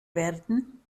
werden